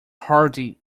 hardy